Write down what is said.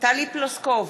טלי פלוסקוב,